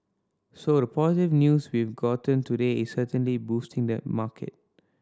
so the positive news we've gotten today is certainly boosting the market